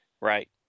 Right